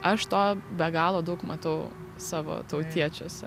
aš to be galo daug matau savo tautiečiuose